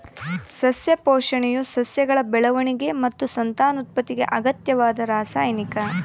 ಸಸ್ಯ ಪೋಷಣೆಯು ಸಸ್ಯಗಳ ಬೆಳವಣಿಗೆ ಮತ್ತು ಸಂತಾನೋತ್ಪತ್ತಿಗೆ ಅಗತ್ಯವಾದ ರಾಸಾಯನಿಕ